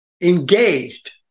Engaged